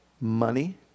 money